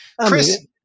Chris